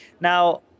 Now